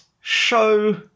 show